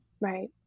Right